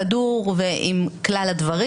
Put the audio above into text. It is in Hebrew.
סדור ועם כלל הדברים.